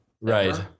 right